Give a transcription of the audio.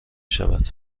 شود